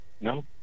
No